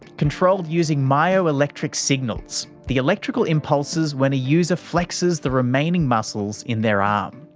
controlled using myoelectric signals, the electrical impulses when a user flexes the remaining muscles in their arm.